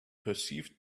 perceived